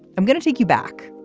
i'm going to take you back,